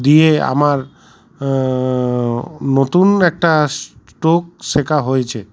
দিয়ে আমার নতুন একটা স্ট্রোক শেখা হয়েছে